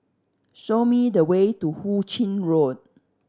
show me the way to Hu Ching Road